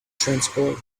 transport